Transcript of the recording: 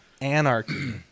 Anarchy